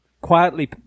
Quietly